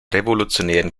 revolutionären